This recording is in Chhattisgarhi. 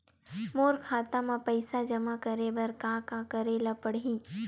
मोर खाता म पईसा जमा करे बर का का करे ल पड़हि?